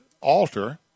altar